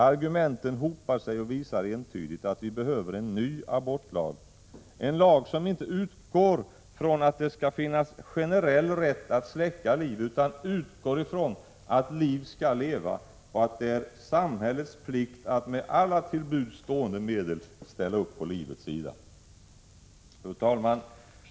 Argumenten hopar sig och visar entydigt att vi behöver en ny abortlag, en lag som inte utgår från att det skall finnas generell rätt att släcka liv utan utgår ifrån att liv skall leva och att det är samhällets plikt att med alla till buds stående medel ställa upp på livets sida. Fru talman!